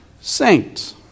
Saints